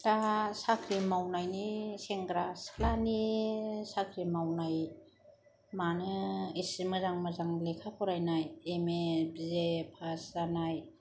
दा साख्रि मावनायनि सेंग्रा सिख्लानि साख्रि मावनाय मानो एसे मोजां मोजां लेखा फरायनाय एम ए बिए पास जानाय